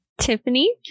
Tiffany